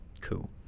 Cool